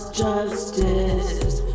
justice